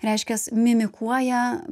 reiškias mimikuoja